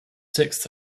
sixth